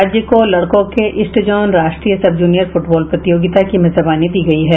राज्य को लड़कों के ईस्ट जोन राष्ट्रीय सब जूनियर फुटबॉल प्रतियोगिता की मेजबानी दी गयी है